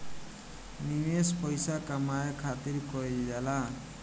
निवेश पइसा कमाए खातिर कइल जाला